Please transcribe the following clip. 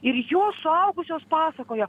ir jos suaugusios pasakoja